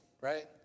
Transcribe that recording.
right